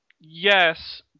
Yes